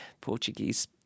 Portuguese